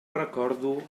recordo